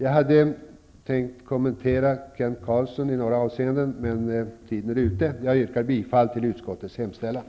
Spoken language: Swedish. Jag hade också tänkt kommentera Kent Carlssons anförande i några avseenden, men min talartid är ute. Jag yrkar bifall till utskottets hemställan.